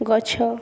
ଗଛ